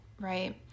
right